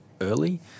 early